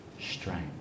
strength